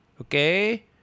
okay